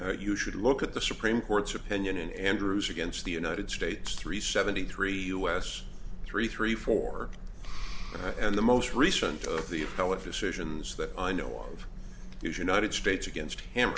and you should look at the supreme court's opinion in andrews against the united states three seventy three us three three four and the most recent of the appellate decisions that i know of is united states against him